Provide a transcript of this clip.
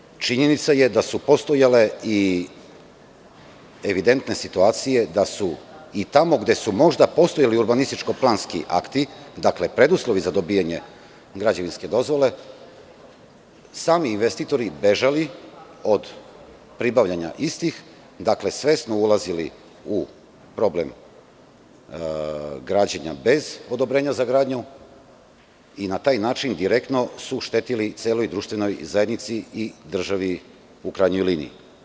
S druge strane, činjenica je da su postojale i evidentne situacije da su i tamo gde su možda postojali urbanističko-planski akti, dakle preduslovi za dobijanje građevinske dozvole, sami investitori bežali od pribavljanja istih, dakle svesno ulazili u problem građenja bez odobrenja za gradnju i na taj način su direktno štetili celoj društvenoj zajednici i državi, u krajnjoj liniji.